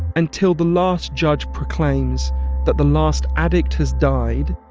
until the last judge proclaims that the last addict has died,